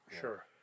Sure